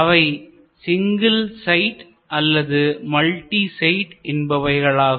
அவை single side அல்லது multiple side என்பவைகளாகும்